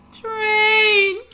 train